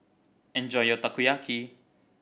enjoy your Takoyaki